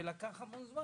וזה לקח המון זמן.